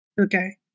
okay